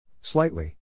Slightly